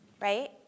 right